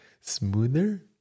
smoother